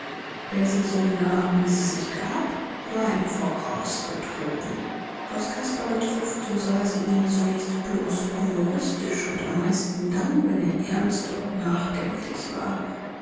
wer sie so nahm wie sie sich gab war im voraus betrogen was caspar betrifft so sah sie ihn zunächst bloß humoristisch und am meisten dann wenn er ernst und nachdenklich war